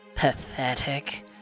Pathetic